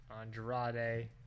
Andrade